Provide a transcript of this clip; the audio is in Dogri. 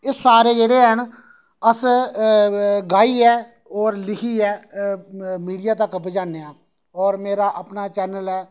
एह् सारे जेह्ड़े हैन अस गाइयै और लिखियै मीडिया तक पजान्ने आं और मेरा अपना चैनल ऐ